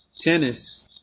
tennis